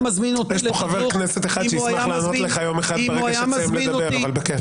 יש פה חבר כנסת אחד שישמח לענות לך ברגע שתסיים לדבר אבל בכיף.